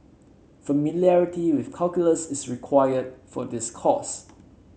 familiarity with calculus is required for this course